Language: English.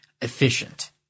efficient